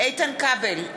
איתן כבל,